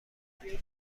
تغییر